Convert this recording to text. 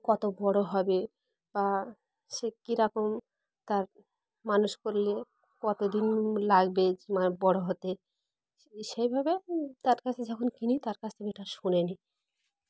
কত বড়ো হবে বা সে কীরকম তার মানুষ করলে কত দিন লাগবে যে বড়ো হতে সেইভাবে তার কাছে যখন কিনি তার কাছ থেকে আমি এটা শুনে নিই